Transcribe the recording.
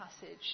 passage